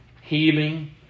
healing